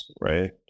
right